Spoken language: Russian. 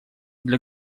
для